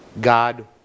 God